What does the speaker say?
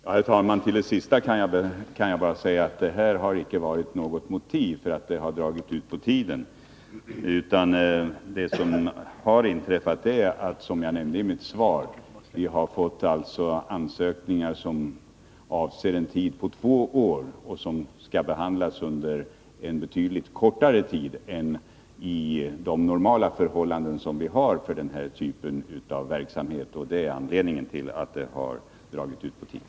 Herr talman! Till det sista vill jag bara säga att detta inte har varit något motiv för att handläggningen har dragit ut på tiden. Det som har inträffat är, som jag nämnde i mitt svar, att vi har fått ansökningar som avser en tid av två år och som skall behandlas under en betydligt kortare tid än som är normalt för den här typen av verksamhet. Det är anledningen till att det har dragit ut på tiden.